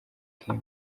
kim